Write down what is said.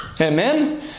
Amen